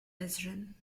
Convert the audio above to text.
ezrin